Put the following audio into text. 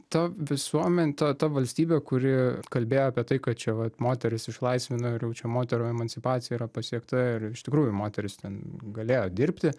ta visuomen ta ta valstybė kuri kalbėjo apie tai kad čia vat moteris išlaisvina ir jau čia moterų emancipacija yra pasiekta ir iš tikrųjų moterys ten galėjo dirbti